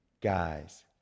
guys